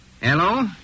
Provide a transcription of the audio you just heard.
Hello